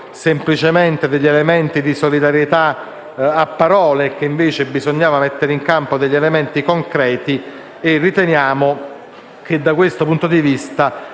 semplicemente elementi di solidarietà a parole e che invece bisognava mettere in campo elementi concreti e da questo punto di vista